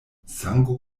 sango